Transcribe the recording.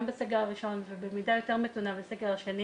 בסגר הראשון ובמידה יותר מתונה בסגר השני